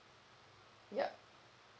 yup